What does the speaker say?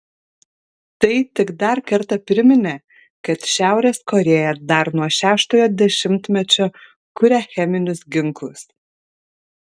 tai tik dar kartą priminė kad šiaurės korėja dar nuo šeštojo dešimtmečio kuria cheminius ginklus